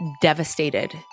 devastated